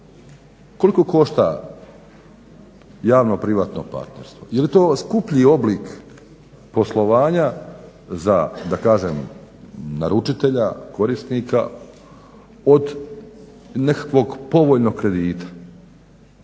koliko košta javno-privatno partnerstvo? Je li to skuplji oblik poslovanja za da kažem naručitelja, korisnika od nekakvog povoljnog kredita?